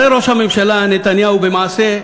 הרי ראש הממשלה נתניהו במעשה,